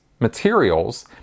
materials